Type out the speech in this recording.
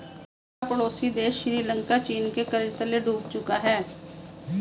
हमारा पड़ोसी देश श्रीलंका चीन के कर्ज तले डूब चुका है